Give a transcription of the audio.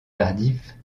tardifs